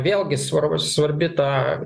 vėlgi svarbus svarbi ta